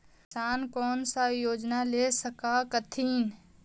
किसान कोन सा योजना ले स कथीन?